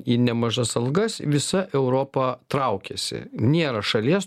į nemažas algas visa europa traukiasi nėra šalies